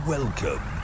Welcome